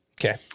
Okay